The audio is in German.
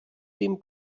dem